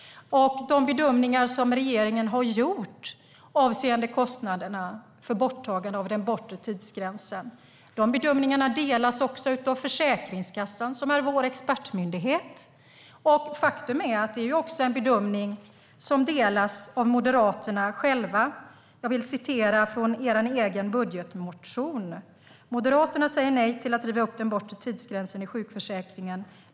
De bedömningar som regeringen har gjort avseende kostnaderna för borttagande av den bortre tidsgränsen delas också av Försäkringskassan, som är vår expertmyndighet. Det är också en bedömning som delas av Moderaterna själva. Så här skrev ni i er egen budgetmotion: Moderaterna säger nej till att riva upp den bortre tidsgränsen i sjukförsäkringen.